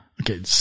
Okay